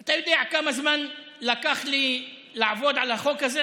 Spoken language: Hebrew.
אתה יודע כמה זמן לקח לי לעבוד על החוק הזה,